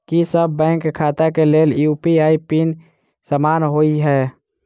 की सभ बैंक खाता केँ लेल यु.पी.आई पिन समान होइ है?